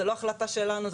זו לא החלטה שלנו,